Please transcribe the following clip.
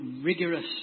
rigorous